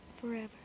forever